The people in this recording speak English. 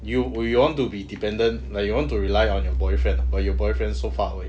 you would you want to be dependent like you want to rely on your boyfriend but your boyfriend so far away